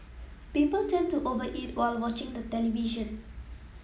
people tend to over eat while watching the television